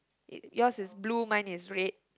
y~ yours is blue mine is red